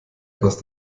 etwas